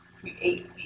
create